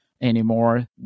anymore